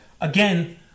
Again